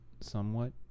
somewhat